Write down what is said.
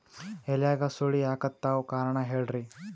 ಎಲ್ಯಾಗ ಸುಳಿ ಯಾಕಾತ್ತಾವ ಕಾರಣ ಹೇಳ್ರಿ?